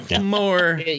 More